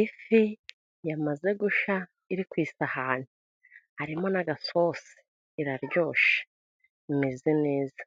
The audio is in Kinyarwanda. Ifi yamaze gushya, iri ku isahani harimo n'agasosi. Iraryoshe imeze neza,